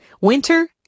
Winter